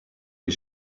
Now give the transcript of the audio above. les